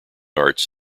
arts